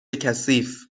کثیف